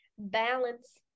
Balance